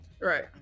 right